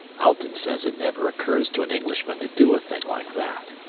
alten says it never occurs to an englishman to do a thing like that,